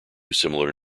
similar